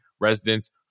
residents